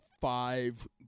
five